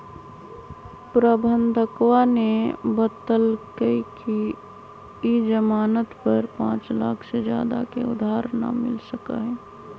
प्रबंधकवा ने बतल कई कि ई ज़ामानत पर पाँच लाख से ज्यादा के उधार ना मिल सका हई